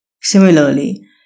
Similarly